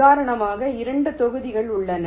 உதாரணமாக 2 தொகுதிகள் உள்ளன